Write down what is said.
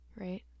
right